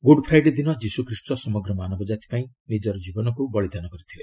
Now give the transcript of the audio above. good Friday ଦିନ ଯୀଶୁଖ୍ରୀଷ୍ଟ ସମଗ୍ର ମାନବ ଜାତି ପାଇଁ ନିଜ ଜୀବନକୁ ବଳିଦାନ କରିଥିଲେ